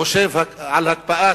חושב על הקפאת